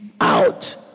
out